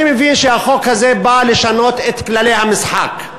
אני מבין שהחוק הזה בא לשנות את כללי המשחק.